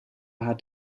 hat